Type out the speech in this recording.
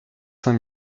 cinq